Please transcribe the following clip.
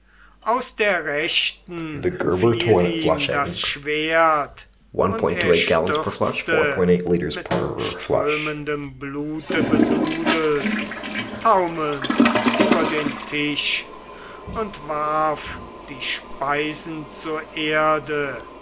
aus der rechten fiel ihm das schwert und er stürzte mit strömendem blute besudelt taumelnd über den tisch und warf die speisen zur erde